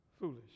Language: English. foolish